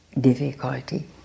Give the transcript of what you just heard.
difficulty